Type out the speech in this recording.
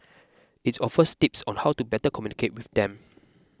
it's offers tips on how to better communicate with them